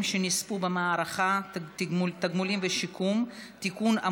שנספו במערכה (תגמולים ושיקום) (תיקון,